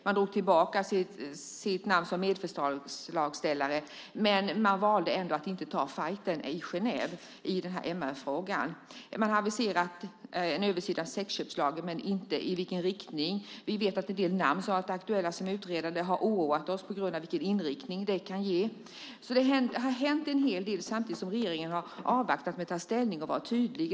Man drog tillbaka sitt namn som medförslagsställare, men man valde ändå att inte ta fajten i Genève i den MR-frågan. Man har aviserat en översyn av sexköpslagen men inte i vilken riktning. Vi vet att en del namn som har varit aktuella som utredare har oroat oss på grund av vilken inriktning det kan ge. Så det har hänt en hel del samtidigt som regeringen har avvaktat med att ta ställning och vara tydlig.